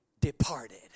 departed